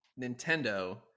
Nintendo